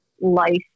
life